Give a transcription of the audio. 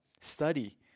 study